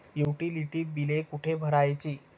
Utility बिले कुठे भरायची?